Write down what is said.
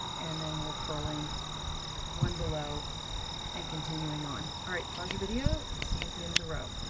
and then we're purling one below and continuing on. alright, pause your video, i'll see you at the end of the row.